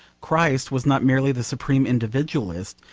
christ was not merely the supreme individualist,